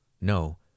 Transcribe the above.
No